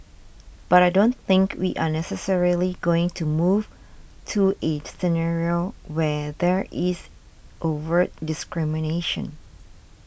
but I don't think we are necessarily going to move to a scenario where there is overt discrimination